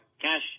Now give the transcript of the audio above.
cash